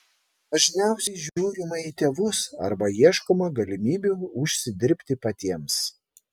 dažniausiai žiūrima į tėvus arba ieškoma galimybių užsidirbti patiems